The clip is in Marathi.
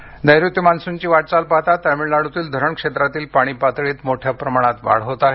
तामिळनाडू नैऋत्य मान्सूनची वाटचाल पाहता तामिळनाडूतील धरण क्षेत्रातील पाणी पातळींत मोठ्या प्रमाणांत वाढ होत आहे